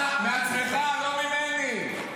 אתה, בעצמך, לא ממני.